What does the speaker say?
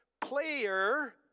player